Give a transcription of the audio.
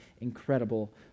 incredible